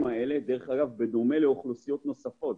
האלה בדומה לאוכלוסיות נוספות,